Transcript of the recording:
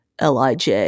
LIJ